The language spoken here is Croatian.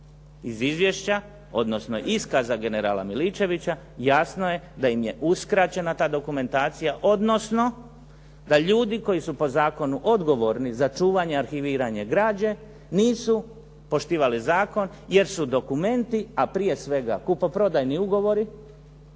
Iz izvješće, odnosno iskaza generala Miličevića jasno je da im je uskraćena ta dokumentacija, odnosno da ljudi koji su po zakonu odgovorni za čuvanje, arhiviranje građe nisu poštivali zakon jer su dokumenti, a prije svega kupoprodajni ugovori,